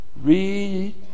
Read